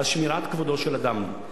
לשמירת כבודו של אדם.